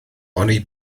oni